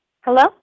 hello